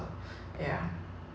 oh yeah